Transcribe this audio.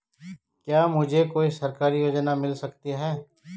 क्या मुझे कोई सरकारी योजना मिल सकती है?